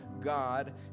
God